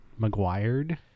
mcguired